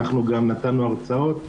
אנחנו גם העברנו הרצאות.